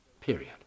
Period